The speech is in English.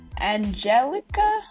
angelica